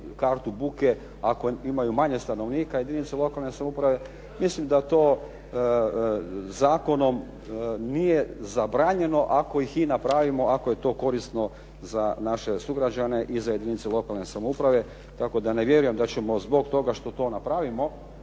kartu buke, ako imaju manje stanovnika jedinice lokalne samouprave, mislim da to zakonom nije zabranjeno ako ih i napravimo, ako je to korisno za naše sugrađane i za jedinice lokalne samouprave, tako da ne vjerujem da ćemo zbog toga što to napravimo